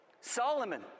Solomon